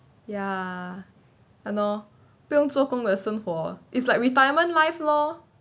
ya !hannor! 不用做工的生活 it's like retirement life lor